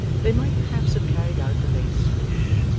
they might perhaps have carried out the lady's wish,